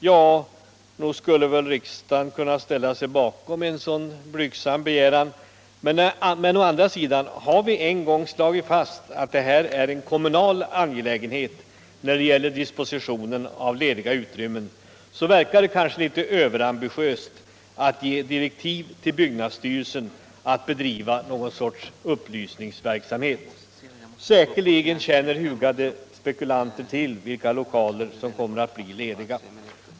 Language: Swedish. Ja, nog skulle väl riksdagen kunna ställa sig bakom en sådan blygsam begäran, men har vi å andra sidan en gång slagit fast att dispositionen av lediga utrymmen är en kommunal angelägenhet, verkar det överambitiöst att ge direktiv till byggnadsstyrelsen att bedriva någon sorts upplysningsverksamhet på området. Säkerligen känner hugade spekulanter till vilka lokaler som kommer att bli lediga.